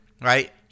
right